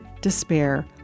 despair